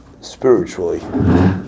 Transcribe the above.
spiritually